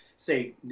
say